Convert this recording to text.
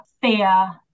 fear